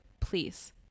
please